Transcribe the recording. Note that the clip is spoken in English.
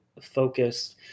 Focused